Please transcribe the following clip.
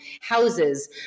houses